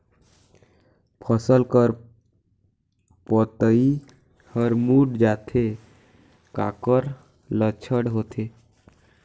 फसल कर पतइ हर मुड़ जाथे काकर लक्षण होथे?